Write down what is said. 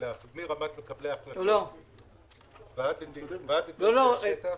מקבלי ההחלטות ועד לאנשי השטח.